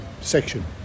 section